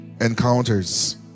encounters